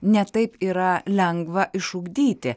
ne taip yra lengva išugdyti